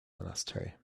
monastery